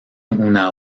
una